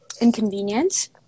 inconvenient